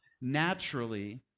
naturally